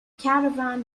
caravan